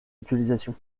mutualisation